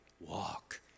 walk